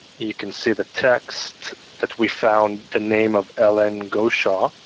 you can see the text that we found the name of helen goshaw.